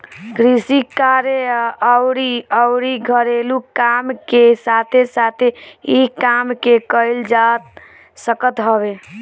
कृषि कार्य अउरी अउरी घरेलू काम के साथे साथे इ काम के कईल जा सकत हवे